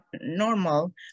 normal